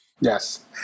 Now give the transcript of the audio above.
Yes